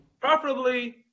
Preferably